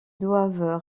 doivent